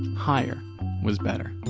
higher was better.